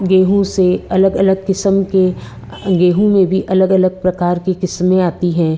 गेहूँ से अलग अलग क़िस्म के गेहूँ में भी अलग अलग प्रकार के क़िस्में आती हैं